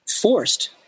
forced